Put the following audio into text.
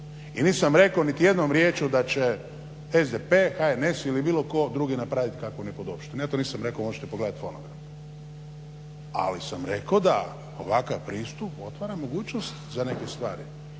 I nisam rekao niti jednom riječju da će SDP, HNS ili bilo tko drugi napravit kakvu nepodopštinu. Ja to nisam rekao. Možete pogledat fonogram. Ali sam rekao da ovakav pristup otvara mogućnost za neke stvari.